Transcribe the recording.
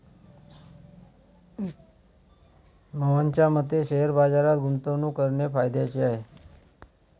मोहनच्या मते शेअर बाजारात गुंतवणूक करणे फायद्याचे आहे